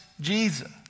Jesus